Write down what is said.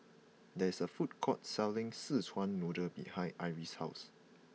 there is a food court selling Szechuan Noodle behind Iris' house